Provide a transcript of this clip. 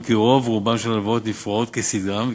כי רוב-רובן של ההלוואות נפרעות כסדרן,